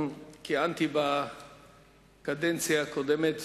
גם כיהנתי בקדנציה הקודמת